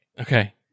Okay